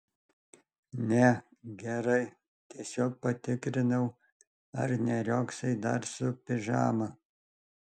ne gerai tiesiog patikrinau ar neriogsai dar su pižama